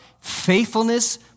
faithfulness